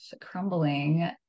crumbling